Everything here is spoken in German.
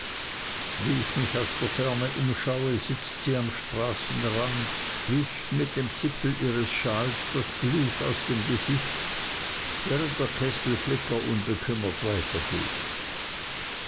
wie ich mich aus der ferne umschaue sitzt sie am straßenrand und wischt sich mit dem zipfel ihres schals das blut aus dem gesicht während der kesselflicker unbekümmert weitergeht